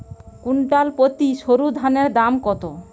Quintal প্রতি সরুধানের দাম কত?